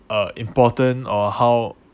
uh important or how